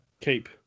Keep